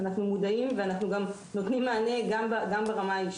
אנחנו מודעים ואנחנו גם נותנים מענה גם ברמה האישית.